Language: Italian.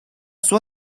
sua